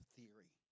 theory